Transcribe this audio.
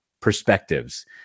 perspectives